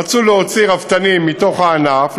רצו להוציא רפתנים מתוך הענף,